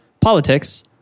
politics